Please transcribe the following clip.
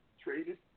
traded